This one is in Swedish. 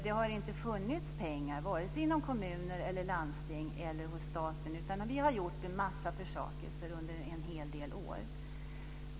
Det har inte funnits pengar, varken hos kommuner och landsting eller hos staten. Vi har gjort en massa försakelser under en hel del år.